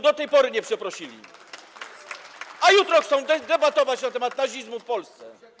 Do tej pory nie przeprosili, a jutro chcą debatować na temat nazizmu w Polsce.